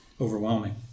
overwhelming